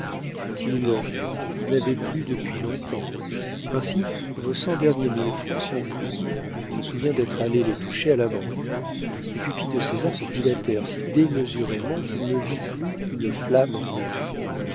qu'il n'avait plus depuis long-temps ainsi vos cent derniers mille francs sont pris je me souviens d'être allé les toucher à la banque les pupilles de césar se dilatèrent si démesurément qu'il ne vit plus qu'une flamme rouge